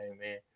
man